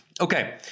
Okay